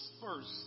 first